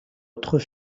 autres